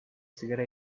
sigara